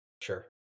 Sure